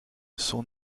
son